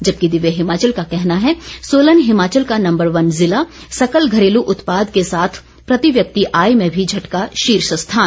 जबकि दिव्य हिमाचल का कहना है सोलन हिमाचल का नंबर वन जिला सकल घरेलू उत्पाद के साथ प्रति व्यक्ति आय में भी झटका शीर्ष स्थान